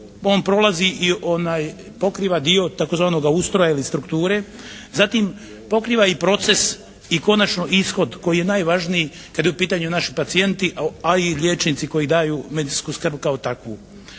on prolazi i pokriva dio tzv. ustroja ili strukture, zatim pokriva i proces i konačno ishod koji je najvažniji kada su u pitanju naši pacijenti, a i liječnici koji daju medicinsku skrb kao takvu.